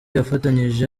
yafatanyije